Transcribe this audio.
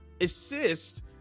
assist